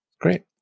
Great